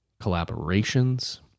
collaborations